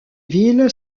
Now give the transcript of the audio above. ville